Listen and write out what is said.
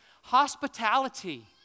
hospitality